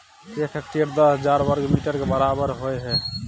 एक हेक्टेयर दस हजार वर्ग मीटर के बराबर होय हय